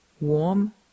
Warm